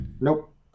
nope